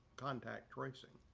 contact racing.